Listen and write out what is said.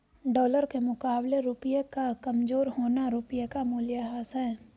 dollar के मुकाबले रुपए का कमज़ोर होना रुपए का मूल्यह्रास है